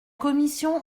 commission